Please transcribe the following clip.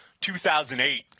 2008